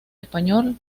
español